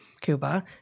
Cuba